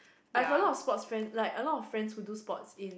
I have a lot of sports friend like a lot of friends who do sports in